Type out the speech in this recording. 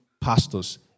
pastors